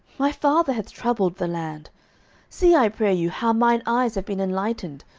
my father hath troubled the land see, i pray you, how mine eyes have been enlightened,